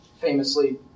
famously